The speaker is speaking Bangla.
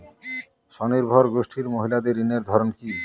স্বনির্ভর গোষ্ঠীর মহিলাদের ঋণের ধরন কি?